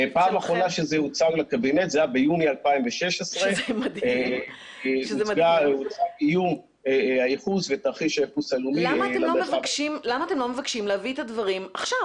פעם אחרונה שזה הוצג לקבינט זה היה ביוני 2016. למה אתם לא מבקשים להביא את הדברים עכשיו?